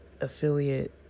affiliate